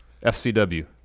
FCW